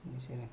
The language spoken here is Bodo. एसेनो